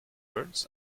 birds